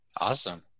Awesome